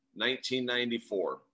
1994